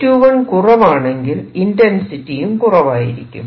A21 കുറവാണെങ്കിൽ ഇന്റെൻസിറ്റിയും കുറവായിരിക്കും